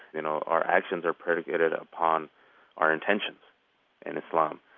you know, our actions are predicated upon our intentions in islam.